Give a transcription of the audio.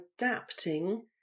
adapting